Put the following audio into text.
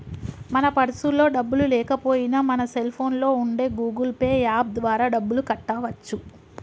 మన పర్సులో డబ్బులు లేకపోయినా మన సెల్ ఫోన్లో ఉండే గూగుల్ పే యాప్ ద్వారా డబ్బులు కట్టవచ్చు